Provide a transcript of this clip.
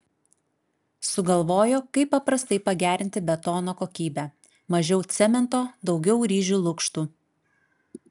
sugalvojo kaip paprastai pagerinti betono kokybę mažiau cemento daugiau ryžių lukštų